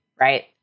right